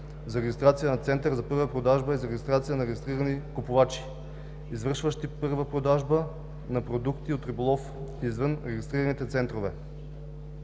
за регистрация на център за първа продажба и за регистрация на регистрираните купувачи, извършващи първа продажба на продукти от риболов, извън регистрираните центрове.